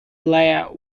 blair